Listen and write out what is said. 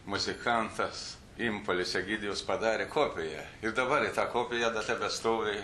muzikantas impolis egidijus padarė kopiją ir dabar ji ta kopija dar tebestovi